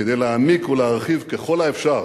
כדי להעמיק ולהרחיב ככל האפשר